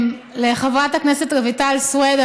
לחברת הכנסת רויטל סויד,